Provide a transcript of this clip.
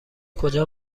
کجا